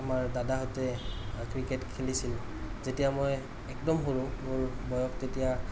আমাৰ দাদাহঁতে ক্ৰিকেট খেলিছিল যেতিয়া মই একদম সৰু মোৰ বয়স তেতিয়া